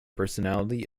personality